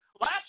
Last